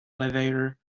elevator